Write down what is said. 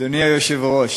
אדוני היושב-ראש,